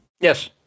Yes